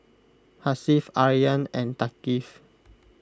Hasif Aryan and Thaqif